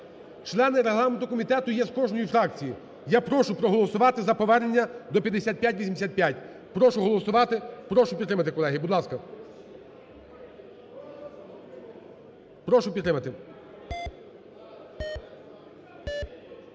Члени Регламентного комітету є з кожної фракції, я прошу проголосувати за повернення до 5585. Прошу голосувати, прошу підтримати, колеги, будь ласка, прошу підтримати.